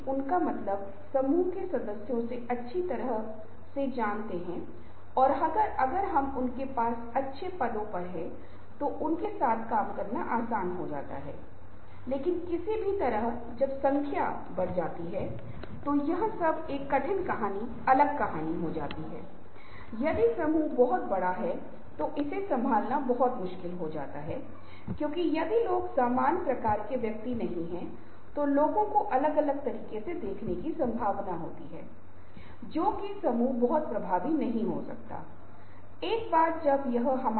इसलिए कुछ लक्ष्य निर्देशित गतिविधियों को करते समय समय के उपयोग को प्राप्त करने में प्रभावी होना चाहिए इसका मतलब है पहला यह है कि किसी को अपने समय और इस के उपयोग के बारे में आत्म जागरूकता होनी चाहिए इसका मतलब है जो कार्यों और जिम्मेदारियों को स्वीकार करने में मदद करता है जो किसी की क्षमताओं की सीमा के भीतर फिट होते हैं